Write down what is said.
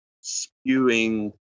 spewing